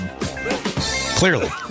Clearly